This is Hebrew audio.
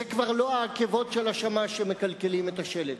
זה כבר לא העקבות של השמש שמקלקלים את השלג.